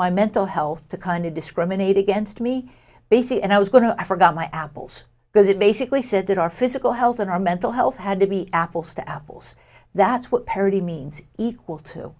my mental health to kind of discriminate against me basi and i was going to i forgot my apples because it basically said that our physical health and our mental health had to be apples to apples that's what parody means equal to